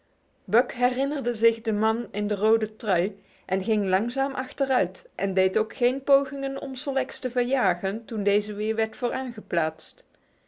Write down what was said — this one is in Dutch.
buck herinnerde zich den man in de rode trui en ging langzaam achteruit en deed ook geen pogingen om sol leks te verjagen toen deze weer vooraan